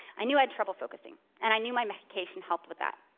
i knew i had trouble focusing, and i knew my medication helped with that.